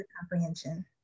comprehension